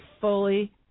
fully